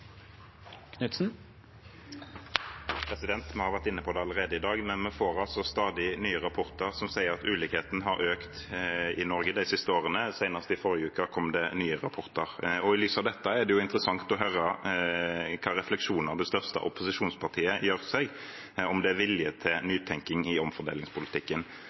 har allerede vært inne på det i dag, men vi får stadig nye rapporter som sier at ulikheten har økt i Norge de siste årene. Senest i forrige uke kom det nye rapporter. I lys av dette er det interessant å høre hvilke refleksjoner det største opposisjonspartiet gjør seg, om det er vilje til nytenking i omfordelingspolitikken.